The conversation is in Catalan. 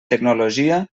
tecnologia